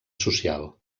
social